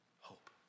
hope